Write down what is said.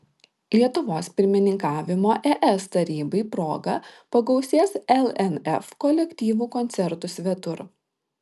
lietuvos pirmininkavimo es tarybai proga pagausės lnf kolektyvų koncertų svetur